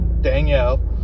Danielle